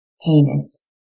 heinous